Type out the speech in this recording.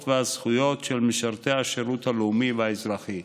והזכויות של משרתי השירות הלאומי-אזרחי.